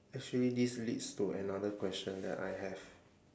actually this leads to another question that I have